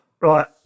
Right